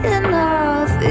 enough